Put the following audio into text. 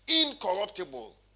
incorruptible